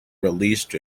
released